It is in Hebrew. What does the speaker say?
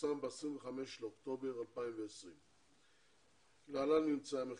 שפורסם ב-25 באוקטובר 2020. להלן ממצאי המחקר,